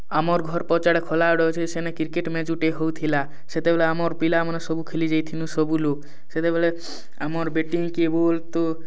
ଆମର୍ ଘର୍ ପଛ ଆଡ଼େ ଖୋଲା ଆଡ଼ ଅଛି ସିନେ ଗୋଟେ କ୍ରିକେଟ୍ ମ୍ୟାଚ୍ ହଉଥିଲା ସେତେବେଳେ ଆମର ପିଲାମାନେ ସବୁ ଖେଲିଁ ଯାଇଁ ଥିଲୁ ସବୁ ଲୋକ ସେତେବେଳେ ଆମର୍ ବେଟିଂ କି ବୋଲ୍ ତୋ